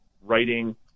writing